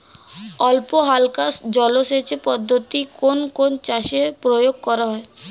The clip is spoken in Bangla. অল্পহালকা জলসেচ পদ্ধতি কোন কোন চাষে প্রয়োগ করা হয়?